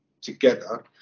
together